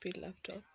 laptop